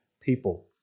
people